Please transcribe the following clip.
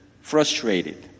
frustrated